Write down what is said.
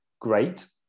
great